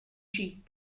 cheap